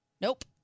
Nope